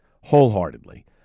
wholeheartedly